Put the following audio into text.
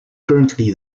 currently